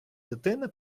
дитина